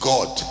God